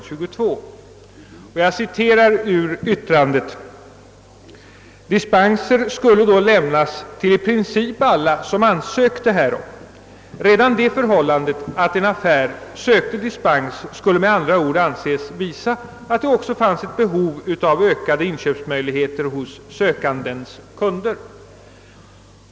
Det heter i Stockholms handelskammares yttrande: »Dispenser skulle då lämnas till i princip alla som ansökte härom.» Redan det förhållandet att en affär sökt dispens skulle med andra ord visa att det också finns ett behov av ökade inköpsmöjligheter hos sökandens kunder.